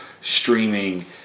streaming